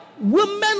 Women